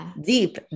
deep